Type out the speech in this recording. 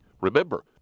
Remember